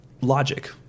logic